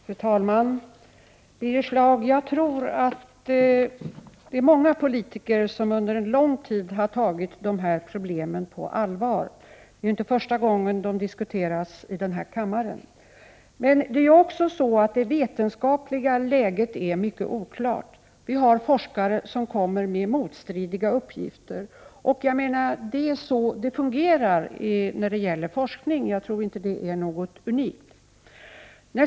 Fru talman! Jag tror att det är många politiker som under en lång tid har tagit de här problemen på allvar, Birger Schlaug. Detta är inte första gången dessa frågor diskuteras i den här kammaren. Det vetenskapliga läget är emellertid också mycket oklart. Forskare kommer med motstridiga uppgifter, och det är så det fungerar när det gäller forskning. Detta är inte något unikt.